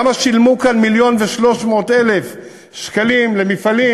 למה שילמו כאן מיליון ו-300,000 שקלים למפעלים,